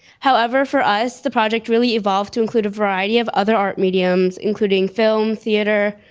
however, for us, the project really evolved to include a variety of other art mediums, including film, theater,